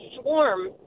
swarm